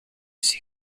see